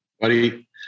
Buddy